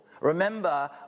Remember